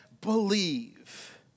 believe